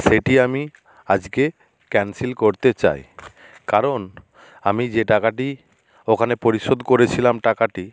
সেটি আমি আজকে ক্যান্সেল করতে চাই কারণ আমি যে টাকাটি ওখানে পরিশোধ করেছিলাম টাকাটি